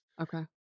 Okay